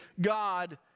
God